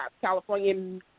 California